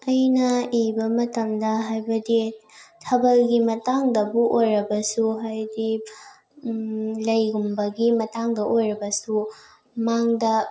ꯑꯩꯅ ꯏꯕ ꯃꯇꯝꯗ ꯍꯥꯏꯕꯗꯤ ꯊꯥꯕꯜꯒꯤ ꯃꯇꯥꯡꯗꯕꯨ ꯑꯣꯏꯔꯕꯁꯨ ꯍꯥꯏꯗꯤ ꯂꯩꯒꯨꯝꯕꯒꯤ ꯃꯇꯥꯡꯗ ꯑꯣꯏꯔꯕꯁꯨ ꯃꯥꯡꯗ